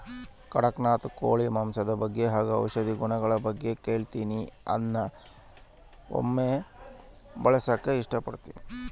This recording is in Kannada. ಕಡಖ್ನಾಥ್ ಕೋಳಿ ಮಾಂಸದ ಬಗ್ಗೆ ಹಾಗು ಔಷಧಿ ಗುಣಗಳ ಬಗ್ಗೆ ಕೇಳಿನಿ ಅದ್ನ ಒಮ್ಮೆ ಬಳಸಕ ಇಷ್ಟಪಡ್ತಿನಿ